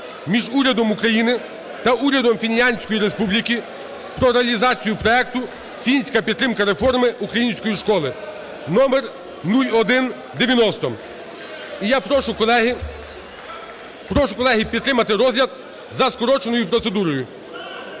між Урядом України та Урядом Фінляндської Республіки про реалізацію проекту "Фінська підтримка реформи української школи" (№ 0190). І я прошу, колеги, підтримати розгляд за скороченою процедурою.